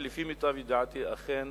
ולפי מיטב ידיעתי אכן